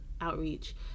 outreach